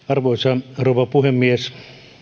arvoisa rouva puhemies